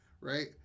Right